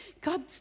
God